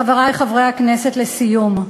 חברי חברי הכנסת, לסיום,